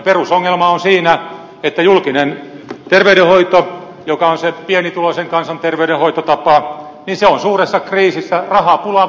perusongelma on siinä että julkinen terveydenhoito joka on se pienituloisen kansan terveydenhoitotapa on suuressa kriisissä rahapulan vuoksi